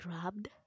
grabbed